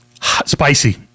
spicy